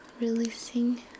releasing